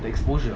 the exposure